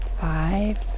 Five